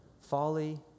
Folly